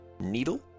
needle